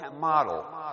model